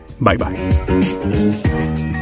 Bye-bye